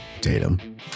Tatum